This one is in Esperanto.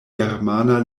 germana